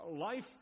Life